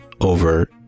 over